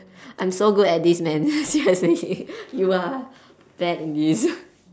I'm so good at this man seriously you are bad in this